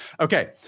okay